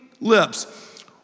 lips